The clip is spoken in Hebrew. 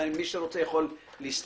ומי שרוצה יכול להסתכל.